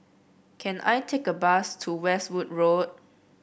can I take a bus to Westwood Road